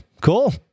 cool